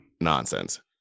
nonsense